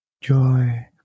joy